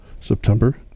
September